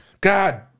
God